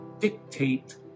dictate